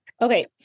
Okay